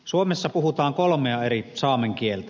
suomessa puhutaan kolmea eri saamen kieltä